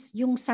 yung